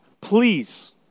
Please